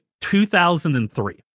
2003